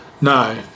No